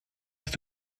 dass